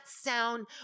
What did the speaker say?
sound